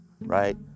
right